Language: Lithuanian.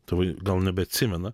tėvai gal nebeatsimena